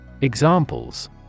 Examples